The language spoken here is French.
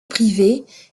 privée